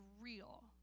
real